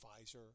Pfizer